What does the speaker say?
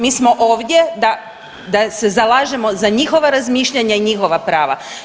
Mi smo ovdje da se zalažemo za njihova razmišljanja i njihova prava.